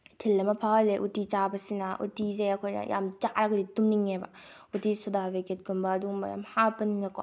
ꯏꯊꯤꯜ ꯑꯃ ꯐꯥꯎꯍꯜꯂꯦ ꯎꯇꯤ ꯆꯥꯕꯁꯤꯅ ꯎꯇꯤꯁꯦ ꯑꯩꯈꯣꯏꯅ ꯌꯥꯝ ꯆꯥꯔꯒꯗꯤ ꯇꯨꯝꯅꯤꯡꯉꯦꯕ ꯎꯇꯤ ꯁꯣꯗꯥ ꯕꯥꯏꯒꯞꯀꯨꯝꯕ ꯑꯗꯨꯒꯨꯝꯕ ꯑꯗꯨꯝ ꯍꯥꯞꯄꯅꯤꯅꯀꯣ